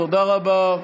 תודה רבה.